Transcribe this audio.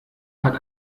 hat